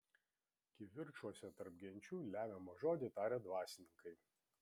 kivirčuose tarp genčių lemiamą žodį taria dvasininkai